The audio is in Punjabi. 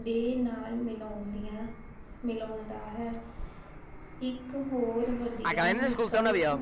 ਦੇ ਨਾਲ ਮਿਲਾਉਂਦੀਆਂ ਮਿਲਾਉਂਦਾ ਹੈ ਇੱਕ ਹੋਰ ਵਧੀਆ ਵਿਕਲਪ